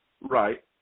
Right